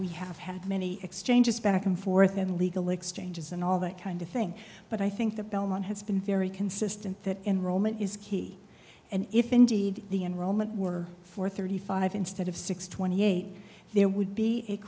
we have had many exchanges back and forth in legal exchanges and all that kind of thing but i think the belmont has been very consistent that enrollment is key and if indeed the enrollment were for thirty five instead of six twenty eight there would be